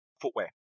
footwear